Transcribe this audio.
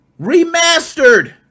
remastered